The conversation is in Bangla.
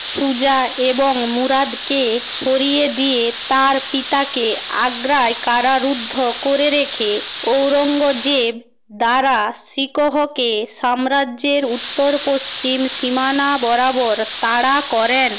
সুজা এবং মুরাদকে সরিয়ে দিয়ে তার পিতাকে আগ্রায় কারারুদ্ধ করে রেখে ঔরঙ্গজেব দারা শিকোহকে সাম্রাজ্যের উত্তর পশ্চিম সীমানা বরাবর তাড়া করেন